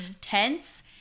tense